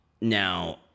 Now